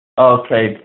Okay